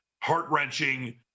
heart-wrenching